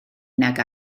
nag